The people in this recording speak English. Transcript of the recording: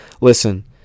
Listen